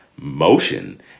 motion